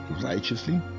righteously